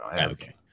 okay